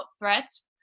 threats